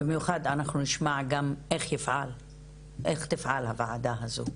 במיוחד אנחנו נשמע גם איך תפעל הוועדה הזאת.